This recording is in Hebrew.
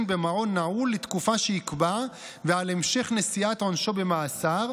במעון נעול לתקופה שיקבע ועל המשך נשיאת עונשו במאסר,